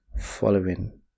following